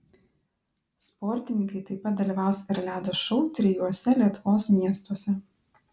sportininkai taip pat dalyvaus ir ledo šou trijuose lietuvos miestuose